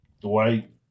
Dwight